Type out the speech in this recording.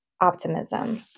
optimism